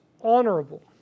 honorable